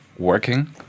working